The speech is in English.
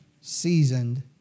seasoned